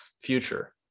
future